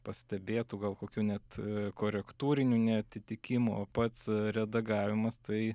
pastebėtų gal kokių net korektūrinių neatitikimų o pats redagavimas tai